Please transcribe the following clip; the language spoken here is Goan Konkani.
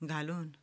घालून